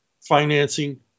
financing